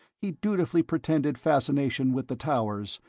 he dutifully pretended fascination with the towers,